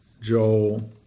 Joel